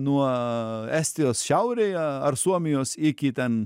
nuo estijos šiaurėje ar suomijos iki ten